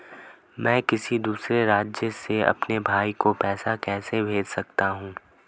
मैं किसी दूसरे राज्य से अपने भाई को पैसे कैसे भेज सकता हूं?